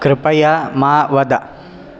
कृपया मा वद